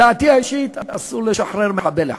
דעתי האישית: אסור לשחרר מחבל אחד.